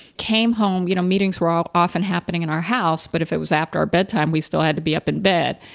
came home, you know, meetings were ah often happening in our house, but if it was after our bedtime, we still had to be up in bed.